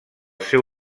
seu